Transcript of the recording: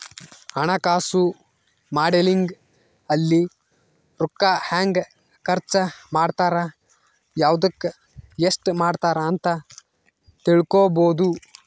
ಹಣಕಾಸು ಮಾಡೆಲಿಂಗ್ ಅಲ್ಲಿ ರೂಕ್ಕ ಹೆಂಗ ಖರ್ಚ ಮಾಡ್ತಾರ ಯವ್ದುಕ್ ಎಸ್ಟ ಮಾಡ್ತಾರ ಅಂತ ತಿಳ್ಕೊಬೊದು